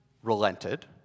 relented